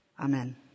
Amen